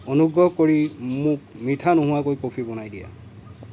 অনুগ্ৰহ কৰি মোক মিঠা নোহোৱাকৈ কফি বনাই দিয়া